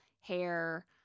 hair